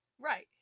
Right